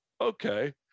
okay